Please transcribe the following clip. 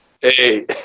Hey